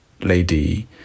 lady